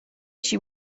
she